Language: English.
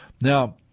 Now